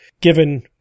given